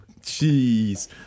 jeez